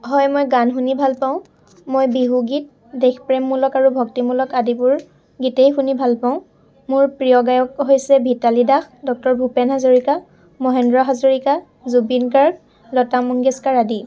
হয় মই গান শুনি ভালপাওঁ মই বিহু গীত দেশপ্ৰেমমূলক আৰু ভক্তিমূলক আদিবোৰ গীতেই শুনি ভালপাওঁ মোৰ প্ৰিয় গায়ক হৈছে ভিতালি দাস ডক্তৰ ভূপেন হাজৰিকা মহেন্দ্ৰ হাজৰিকা জুবিন গাৰ্গ লতা মংগেশকাৰ আদি